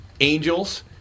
Angels